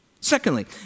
Secondly